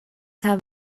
have